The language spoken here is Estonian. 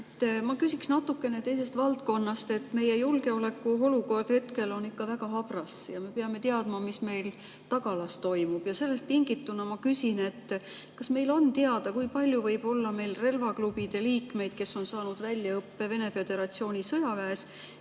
Ma küsiksin natuke teise valdkonna kohta. Meie julgeolekuolukord on hetkel ikka väga habras ja me peame teadma, mis meil tagalas toimub. Sellest tingituna ma küsin: kas meil on teada, kui palju võib olla meil relvaklubide liikmeid, kes on saanud väljaõppe Vene Föderatsiooni sõjaväes